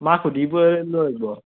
মাক সুধিবই ল'ব